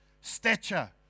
Stature